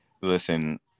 listen